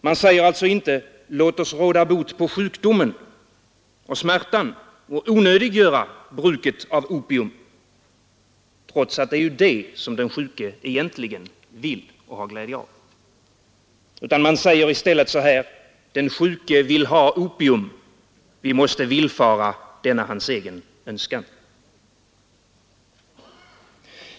Man säger alltså inte: Låt oss råda bot på sjukdomen och smärtan och onödiggöra bruket av opium, trots att det är det som den sjuke egentligen vill och har glädje av. Utan man säger i stället: Den sjuke vill ha opium, vi måste villfara denna hans egen önskan.